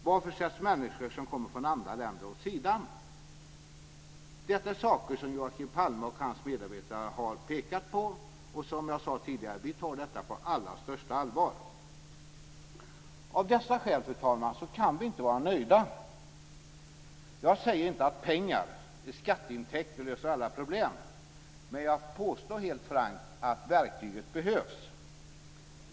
Varför sätts människor som kommer från andra länder åt sidan? Detta är saker som Joakim Palme och hans medarbetare har pekat på. Och, som jag sade tidigare, vi tar detta på allra största allvar. Av dessa skäl, fru talman, kan vi inte vara nöjda. Jag säger inte att pengar, skatteintäkter, löser alla problem, men jag påstår helt frankt att verktyget behövs.